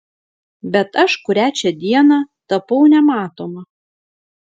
bet aš kurią čia dieną tapau nematoma